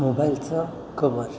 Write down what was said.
मोबाईलचं कवर